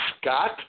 Scott